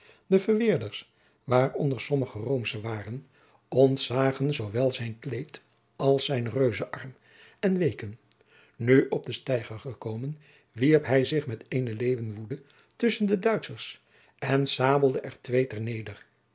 de verweerders waaronder sommige roomschen waren ontzagen zoowel zijn kleed als zijnen reuzenarm en weken nu op den steiger gekomen wierp hij zich met eene leeuwenwoede tusschen de duitschers en sabelde er twee ter neder